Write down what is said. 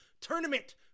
Tournament